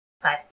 Five